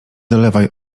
dolewaj